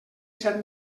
set